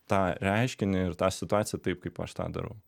tą reiškinį ir tą situaciją taip kaip aš tą darau